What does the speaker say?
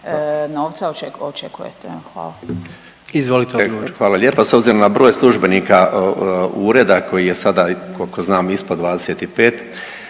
Zdravko** Hvala lijepa. S obzirom na broj službenika ureda koji je sada koliko znam ispod 25